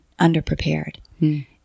underprepared